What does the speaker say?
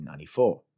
1994